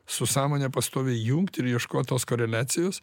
su sąmone pastoviai jungti ir ieškoti tos koreliacijos